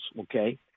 Okay